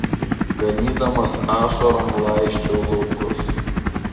ganydamas ašarom laisčiau laukus